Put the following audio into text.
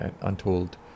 Untold